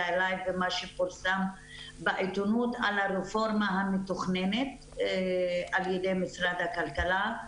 אלי ומה שפורסם בעתונות על הרפורמה המתוכננת על ידי משרד הכלכלה,